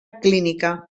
clínica